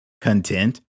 content